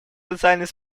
социальной